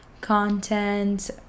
content